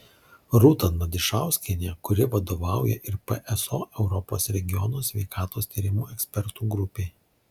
rūta nadišauskienė kuri vadovauja ir pso europos regiono sveikatos tyrimų ekspertų grupei